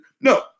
no